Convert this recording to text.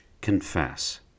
Confess